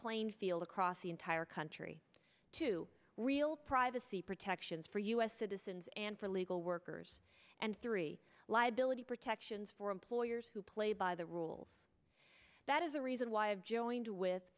playing field across the entire country to real privacy protections for u s citizens and for legal workers and three liability protections for employers who play by the rules that is the reason why i have joined with